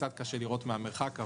קצת קשה לראות מהמרחק,